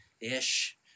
Ish